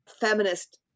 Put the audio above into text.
feminist